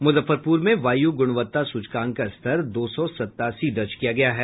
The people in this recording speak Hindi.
मुजफ्फरपुर में वायु गुणवत्ता सूचकांक का स्तर दो सौ सत्तासी दर्ज किया गया है